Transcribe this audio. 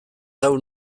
hau